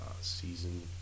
season